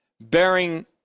bearing